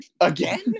Again